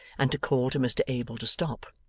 and to call to mr abel to stop.